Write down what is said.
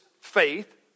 faith